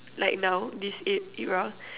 like now this e~ era